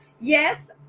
yes